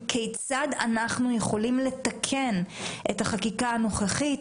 כיצד אנחנו יכולים לתקן את החקיקה הנוכחית,